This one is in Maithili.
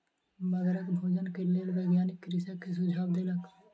मगरक भोजन के लेल वैज्ञानिक कृषक के सुझाव देलक